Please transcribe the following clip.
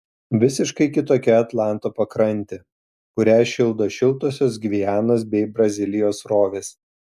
visiškai kitokia atlanto pakrantė kurią šildo šiltosios gvianos bei brazilijos srovės